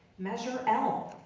measure l.